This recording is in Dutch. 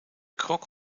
croque